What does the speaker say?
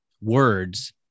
words